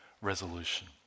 resolution